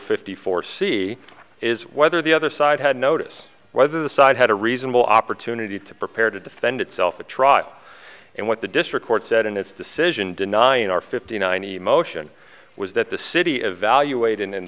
fifty four c is whether the other side had notice whether the side had a reasonable opportunity to prepare to defend itself or try and what the district court said in its decision denying or fifty nine emotion was that the city evaluat